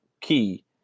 key